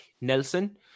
Nelson